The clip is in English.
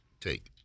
take